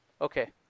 Okay